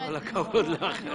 כל הכבוד לך.